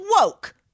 woke